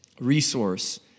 resource